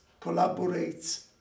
collaborates